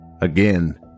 Again